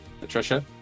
patricia